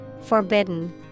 Forbidden